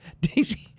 Daisy